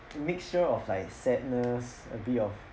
the mixture of like sadness a bit of